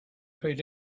paid